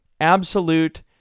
absolute